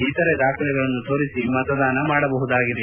ಇತರೆ ದಾಖಲೆಗಳನ್ನು ತೋರಿಸಿ ಮತದಾನ ಮಾಡಬಹುದಾಗಿದೆ